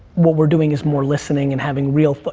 what we're doing is more listening, and having real, but